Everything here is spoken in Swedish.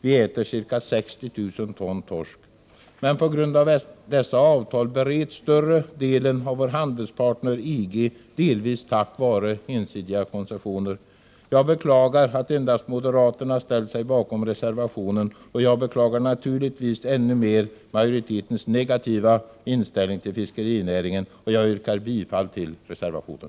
Vi äter ca 60 000 ton torsk, men på grund av dessa avtal bereds större delen av vår handelspartner EG, delvis tack vare ensidiga koncessioner. Jag beklagar att endast moderaterna ställt sig bakom reservationen, och jag beklagar naturligtvis ännu mer majoritetens negativa inställning till fiskerinäringen. Jag yrkar bifall till reservationen.